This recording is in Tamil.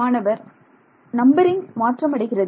மாணவர் நம்பரிங் மாற்றமடைகிறது